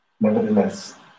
Nevertheless